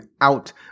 out